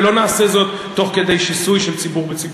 ולא נעשה זאת תוך כדי שיסוי של ציבור בציבור.